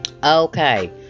Okay